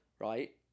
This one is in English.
right